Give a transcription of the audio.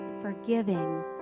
forgiving